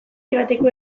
joateko